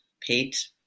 Pete